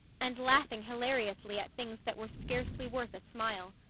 and laughing hilariously at things that were scarcely worth a smile.